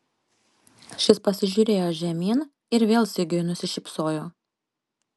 šis pasižiūrėjo žemyn ir vėl sigiui nusišypsojo